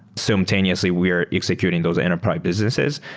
simultaneously, we are executing those enterprise businesses.